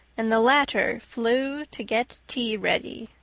and the latter flew to get tea ready.